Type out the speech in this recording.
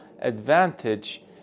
advantage